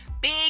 big